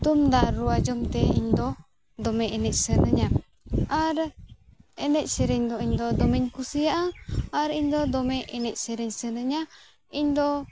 ᱛᱩᱢᱫᱟᱠ ᱨᱩ ᱟᱸᱡᱚᱢᱛᱮ ᱤᱧᱫᱚ ᱫᱚᱢᱮ ᱮᱱᱮᱡ ᱥᱟᱱᱟᱧᱟ ᱟᱨ ᱮᱱᱮᱡᱼᱥᱮᱨᱮᱧᱫᱚ ᱤᱧᱫᱚ ᱫᱚᱢᱮᱧ ᱠᱩᱥᱤᱭᱟᱜᱼᱟ ᱟᱨ ᱤᱧᱫᱤ ᱫᱚᱢᱮ ᱮᱱᱮᱡᱼᱥᱮᱨᱮᱧ ᱥᱟᱱᱟᱧᱟ ᱤᱧᱫᱚ